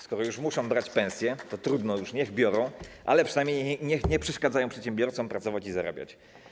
Skoro już muszą brać pensje, to trudno, niech biorą, ale przynajmniej niech nie przeszkadzają przedsiębiorcom pracować i zarabiać.